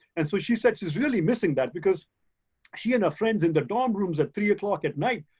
and so she said she's really missing that because she and her friends in the dorm rooms at three o'clock at night,